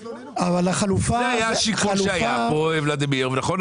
זה היה השיקול פה, ולדימיר, נכון?